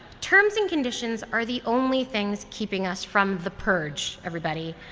terms and conditions are the only things keeping us from the purge everybody.